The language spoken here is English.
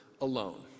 alone